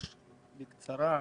אומר בקצרה.